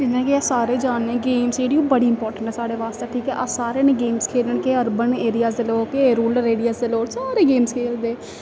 जि'यां कि अस सारे जानने गेम्स जेह्ड़ी बड़ी इम्पार्टेंट ऐ साढ़े बास्तै ठीक ऐ अस सारे न गेम्स खेढन केह् अर्बन एरिया दे लोक केह् रूरल एरिया दे लोक सारे गेम्स खेलदे